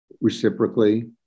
reciprocally